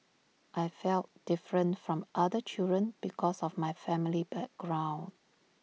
I felt different from other children because of my family background